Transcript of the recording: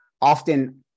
often